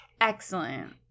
Excellent